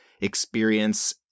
experience